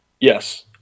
Yes